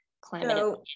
climate